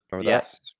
Yes